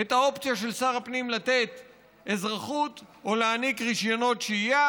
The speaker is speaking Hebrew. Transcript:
את האופציה של שר הפנים לתת אזרחות או להעניק רישיונות שהייה,